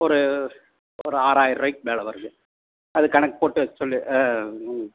ஒரு ஒரு ஆறாயிர்ருவாய்க்கு மேலே வருங்க அது கணக்கு போட்டு சொல்